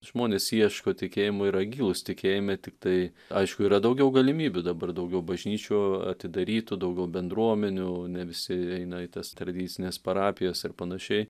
žmonės ieško tikėjimo yra gilūs tikėjime tiktai aišku yra daugiau galimybių dabar daugiau bažnyčių atidarytų daugiau bendruomenių ne visi eina į tas tradicines parapijas ir panašiai